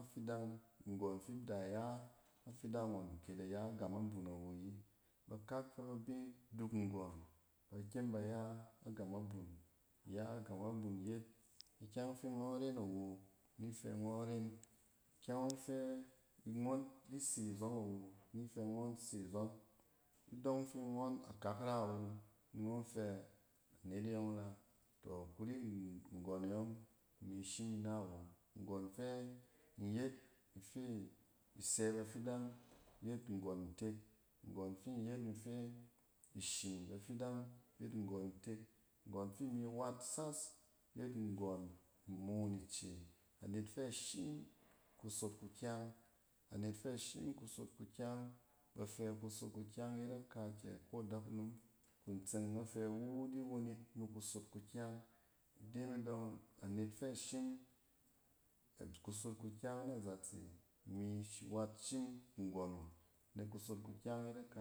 afidang, nggↄn fi da ya afidang ngↄn ke da oya gam abun awo ayi. Bakak fɛ ba bi duk nggↄn ba kyem ba ye gam abun. Iya gam abun yet, ikyɛng fi ngↄn ren awo, ni fɛ ngↄn ren. kyɛng ngↄn di se zↄng di se zↄng awo, ni fɛ ngↄn se zↄng. Idↄng fɛ ngↄn akak rawo ni ngↄn fɛ anet e yↄɛra. Tↄ kuri nggↄn e yↄng imi shim ina wo. Nggↄn fɛ inyet in fi sɛ bafidang yet nggↄn ntek. Nggↄn fi nyet infishim badidang yet nggↄn ntek. Nggↄn fi mi wat sas yet nggↄn imoon ice. Anet fɛ shim kusof kukyang, anet fɛ shim kusof kukyang, ba fɛ kusot kukyang yet akaakyɛ. Ko dakunom kun tseng afɛ iwu di won yit nikusof kukyang, ide ne dↄng anet fɛ shim kusot kukyang nazatse ni wat shim nggn wu nek kusot kukyang yet a.